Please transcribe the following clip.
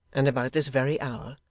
and about this very hour,